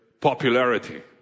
popularity